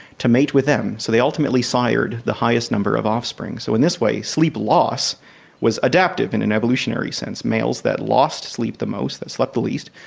to mate with them. so they ultimately sired the highest number of offspring. so in this way sleep loss was adaptive in an evolutionary sense males that lost sleep the most, that slept the least,